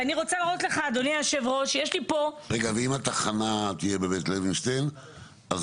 ואם התחנה תהיה בבית לוינשטיין אז